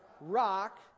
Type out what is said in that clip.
rock